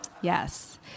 Yes